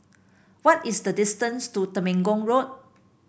what is the distance to Temenggong Road